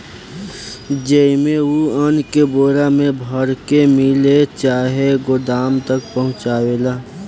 जेइमे, उ अन्न के बोरा मे भर के मिल चाहे गोदाम तक पहुचावेला